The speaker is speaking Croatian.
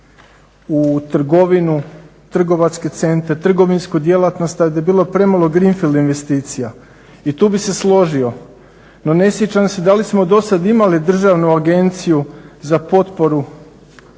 u trgovinu, trgovinske centre, trgovinsku djelatnost, a da je bilo premalo greenfield investicija. I tu bi se složio. No, ne sjećam se da li smo imali državnu agenciju za potporu